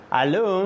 Hello